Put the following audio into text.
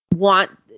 Want